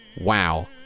wow